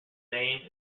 name